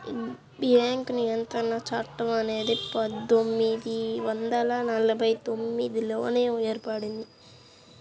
bank నియంత్రణ చట్టం అనేది పందొమ్మిది వందల నలభై తొమ్మిదిలోనే ఏర్పడింది